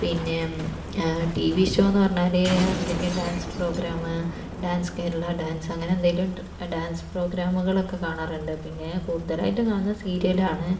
പിന്നെ T V ഷോയെന്നു പറഞ്ഞാൽ എന്തെങ്കിലും dance programme dance Kerala dance അങ്ങനെ എന്തെങ്കിലും ഡാൻസ് പ്രോഗ്രാമുകളൊക്കെ കാണാറുണ്ട് പിന്നെ കൂടുതലായിട്ട് കാണുന്നത് സീരിയലാണ്